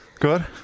Good